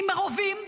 עם רובים,